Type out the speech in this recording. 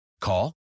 Call